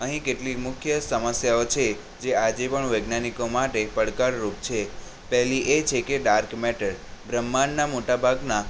અહીં કેટલીક મુખ્ય સમસ્યાઓ છે જે આજે પણ વૈજ્ઞાનિકો માટે પડકાર રૂપ છે પહેલી એ છે કે ડાર્ક મેટર બ્રહ્માંડના મોટાભાગના